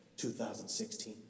2016